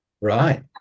Right